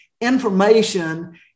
information